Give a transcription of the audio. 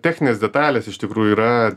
techninės detalės iš tikrųjų yra